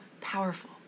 powerful